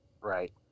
Right